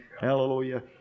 Hallelujah